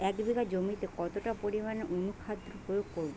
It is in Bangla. এক বিঘা জমিতে কতটা পরিমাণ অনুখাদ্য প্রয়োগ করব?